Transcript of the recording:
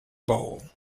bowl